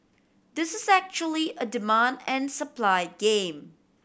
this is actually a demand and supply game